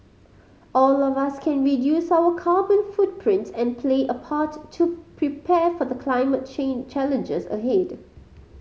all of us can reduce our carbon footprint and play a part to prepare for the climate challenges ahead